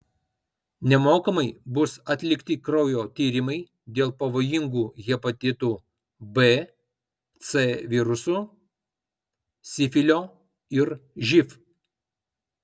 nemokamai bus atlikti kraujo tyrimai dėl pavojingų hepatitų b c virusų sifilio ir živ